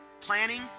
planning